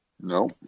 No